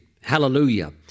Hallelujah